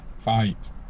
fight